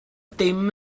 dim